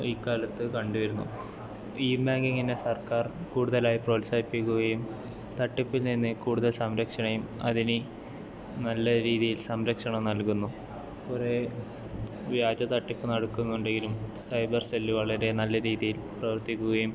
ഈ കാലത്ത് കണ്ട് വരുന്നു ൻ്റെ സർക്കാർ കൂടുതലായി പ്രോത്സാഹിപ്പിക്കുകയും തട്ടിപ്പിൽ നിന്ന് കൂടുതൽ സംരക്ഷണയും അതിന് നല്ല രീതിയിൽ സംരക്ഷണം നൽകുന്നു കുറേ വ്യാജ തട്ടിപ്പ് നടക്കുന്നുണ്ടെങ്കിലും സൈബർ സെല്ലുകളുടെ നല്ല രീതിയിൽ പ്രവർത്തിക്കുകയും